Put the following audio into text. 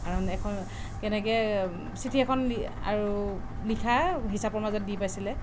কাৰণ এখন কেনেকৈ চিঠি এখন আৰু লিখা হিচাপৰ মাজত দি পাইছিলে